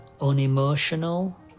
unemotional